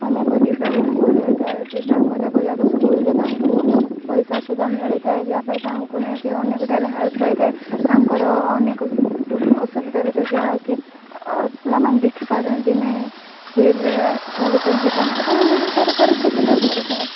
ଅନେକ ଦିବ୍ୟାଙ୍ଗ ରହିଥାଏ ଦିବ୍ୟାଙ୍ଗ କଥା କହେ ଆଗ ସ୍କୁଲରେ ତାଙ୍କୁ ପଇସା ସୁଦ୍ଧା ମିଳିଥାଏ ଯାହା ପାଇଁ ତାଙ୍କୁ ନେଇକି ଅନେକ ଠାରେ ହେଲ୍ପ ପାଇଥାଏ ତାଙ୍କର ଅନେକ ଅସୁବିଧା ରହିଥାଏ ଯାହାକି ପିଲାମାନେ ଦେଖିପାରନ୍ତି ନାହିଁ ଫିର୍ ଚାଲିପାରନ୍ତି ତାଙ୍କ ପାଇଁ ମଧ୍ୟ ସରକାର ସୁବିଧା କରିଥାଏ